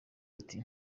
ati